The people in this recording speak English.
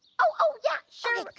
oh yeah sure.